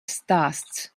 stāsts